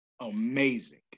amazing